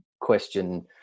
question